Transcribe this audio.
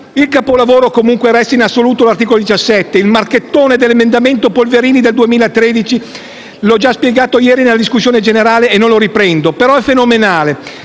Il capolavoro comunque resta in assoluto l'articolo 17, il marchettone dell'emendamento Polverini del 2013. L'ho già spiegato ieri nella discussione generale e non lo riprendo, però è fenomenale,